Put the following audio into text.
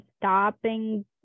stopping